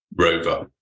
Rover